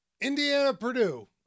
Indiana-Purdue